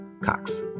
cox